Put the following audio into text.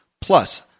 Plus